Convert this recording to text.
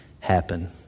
happen